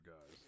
guys